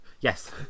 yes